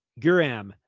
Guram